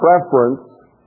preference